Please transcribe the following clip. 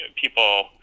people